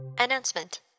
Announcement